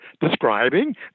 describing